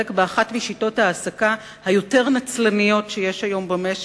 זה יהיה ניצחון במאבק באחת משיטות ההעסקה היותר-נצלניות שיש היום במשק,